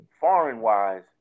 foreign-wise